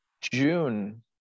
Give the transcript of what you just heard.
June